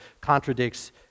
contradicts